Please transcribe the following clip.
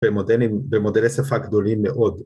‫במודלים... ‫במודלי שפה גדולים מאוד.